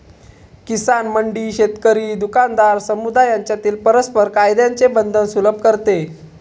किसान मंडी शेतकरी, दुकानदार, समुदाय यांच्यातील परस्पर फायद्याचे बंधन सुलभ करते